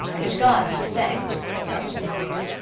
which, god be thanked, hurt not.